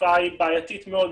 התופעה היא בעייתית מאוד,